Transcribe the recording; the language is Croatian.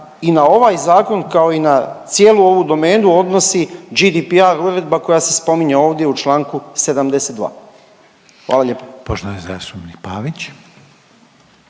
i na ovaj zakon kao i na cijelu ovu domenu odnosi GDPR uredba koja se spominje ovdje u čl. 72.. Hvala lijepo.